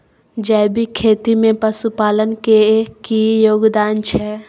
जैविक खेती में पशुपालन के की योगदान छै?